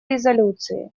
резолюции